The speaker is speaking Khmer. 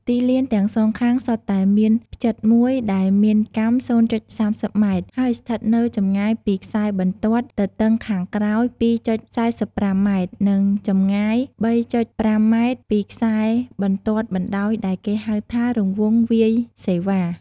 ទីលានទាំងសងខាងសុទ្ធតែមានផ្ចិតមួយដែលមានកាំ០.៣០ម៉ែត្រ ហើយស្ថិតនៅចម្ងាយពីខ្សែបន្ទាត់ទទឹងខាងក្រោយ២.៤៥ម៉ែត្រនិង ចម្ងាយ៣.០៥ម៉ែត្រពីខ្សែបន្ទាត់បណ្ដោយដែលគេហៅថា រង្វង់វាយសេវា ។